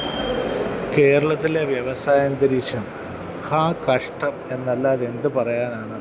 കേരളത്തിലെ വ്യവസായ അന്തരീക്ഷം ഹാ കഷ്ടം എന്നല്ലാതെ എന്ത് പറയാനാണ്